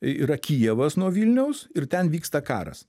yra kijevas nuo vilniaus ir ten vyksta karas